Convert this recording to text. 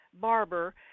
Barber